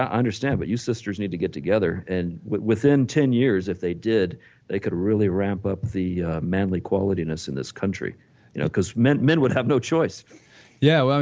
ah but you sisters need to get together and within ten years if they did they could really ramp up the manly qualitiness in this country you know because men men would have no choice yeah,